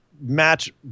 match